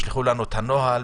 שלחו לנו את הנוהל,